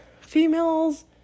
females